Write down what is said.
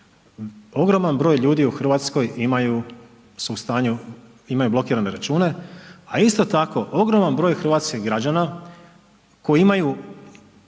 ogroman broj ljudi u Hrvatskoj imaju, su u stanju, imaju blokirane račune a isto tako ogroman broj hrvatskih građana koji imaju